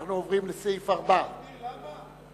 אנחנו עוברים לסעיף 4. אפשר להסביר למה?